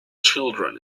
children